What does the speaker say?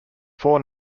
four